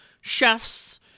chefs